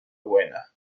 buena